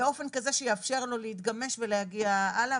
באופן כזה שיעזור לו להתגמש ולהגיע הלאה.